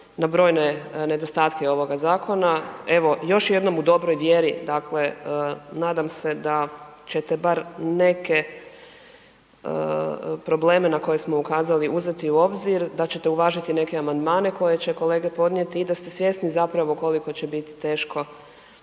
na brojne nedostatke ovoga zakona, evo, još jednom u dobroj vjeri, dakle, nadam se da ćete bar neke probleme na koje smo ukazali uzeti u obzir, da ćete uvažiti neke amandmane koje će kolege podnijeti i da ste svjesni zapravo koliko će biti teško